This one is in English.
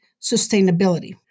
sustainability